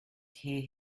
hear